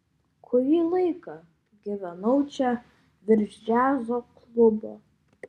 kurį laiką gyvenau čia virš džiazo klubo